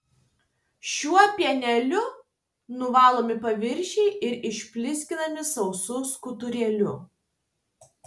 šiuo pieneliu nuvalomi paviršiai ir išblizginami sausu skudurėliu